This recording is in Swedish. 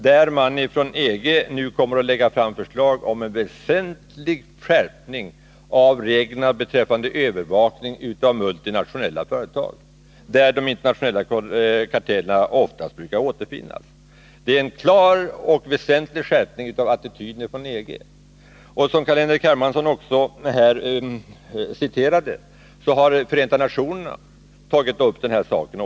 Där sägs att man från EG:s sida nu kommer att lägga fram förslag om en väsentlig skärpning av reglerna beträffande övervakning av multinationella företag, där de internationella kartellerna oftast brukar återfinnas. Det är en klar och väsentlig skärpning av EG:s attityd. Som Carl-Henrik Hermansson citerade har också Förenta nationerna tagit upp den här saken.